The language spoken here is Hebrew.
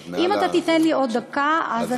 כן, אבל את מעל, אם תיתן לי עוד דקה אני אתמקד.